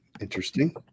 interesting